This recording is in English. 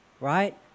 right